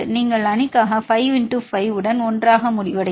நீங்கள் அணி 5 5 உடன் 1 ஆக முடிவடையும்